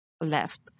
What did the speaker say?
left